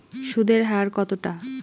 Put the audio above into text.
সুদের হার কতটা?